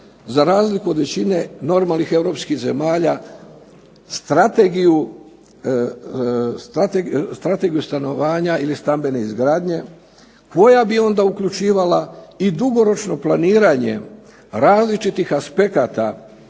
za razliku od većine normalnih Europskih zemalja, strategiju stanovanja ili stambene izgradnje koja bi onda uključivala dugoročno planiranje različitih aspekata